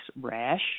rash